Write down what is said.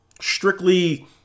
strictly